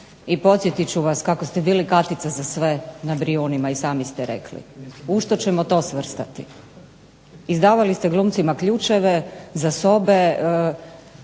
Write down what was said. i podsjetit ću vas kako ste bili Katica za sve na Brijunima i sami ste rekli. U što ćemo to svrstati? Izdavali ste glumcima ključeve za sobe,